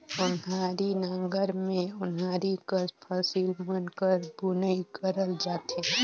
ओन्हारी नांगर मे ओन्हारी कस फसिल मन कर बुनई करल जाथे